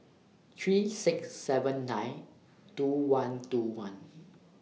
three six seven nine two one two one